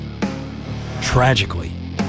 Tragically